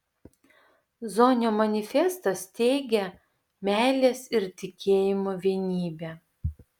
zonio manifestas teigia meilės ir tikėjimo vienybę